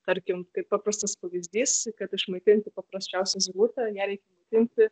tarkim kaip paprastas pavyzdys kad išmaitinti paprasčiausią zylutę ją reikia imti